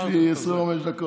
יש לי 25 דקות.